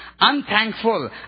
unthankful